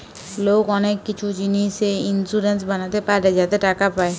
লোক অনেক কিছু জিনিসে ইন্সুরেন্স বানাতে পারে যাতে টাকা পায়